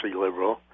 liberal